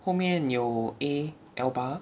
后面有 a alba